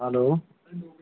hello